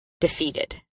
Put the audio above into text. defeated